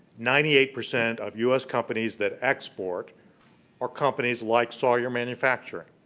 ninety eight percent of us companies that export are companies like sawyer manufacturing,